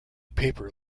paper